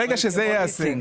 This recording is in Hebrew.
ברגע שזה ייעשה,